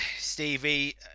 Stevie